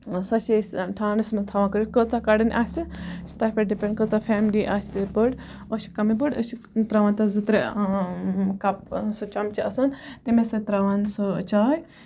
سۄ چھِ أسۍ ٹھانڈَس مَنٛز تھاوان کٔڑِتھ کۭژاہ کَڑٕنۍ آسہِ یہِ چھ تتھ پیٚٹھ ڈِپیٚنڈ کۭژاہ فیملی آسہِ بٔڑ أسۍ چھِ کمٕے بٔڑ أسۍ چھِ تراوان تتھ زٕ ترےٚ کپ سُہ چَمچہٕ آسان تمے سۭتۍ تراوان سُہ چاے